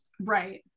Right